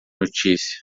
notícia